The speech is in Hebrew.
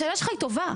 השאלה שלך היא טובה,